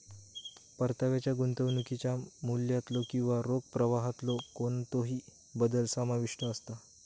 परताव्यात गुंतवणुकीच्या मूल्यातलो किंवा रोख प्रवाहातलो कोणतोही बदल समाविष्ट असता